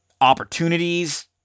opportunities